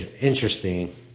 Interesting